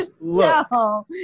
No